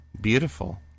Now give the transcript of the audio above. Beautiful